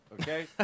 Okay